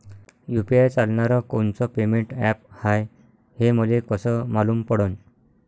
UPI चालणारं कोनचं payment app हाय, हे मले कस मालूम पडन?